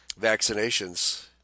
vaccinations